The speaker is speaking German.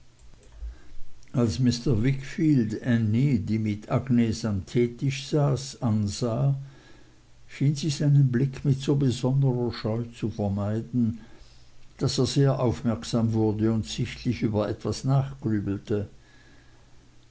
als mr wickfield ännie die mit agnes am teetisch saß ansah schien sie seinen blick mit so besonderer scheu zu vermeiden daß er sehr aufmerksam wurde und sichtlich über etwas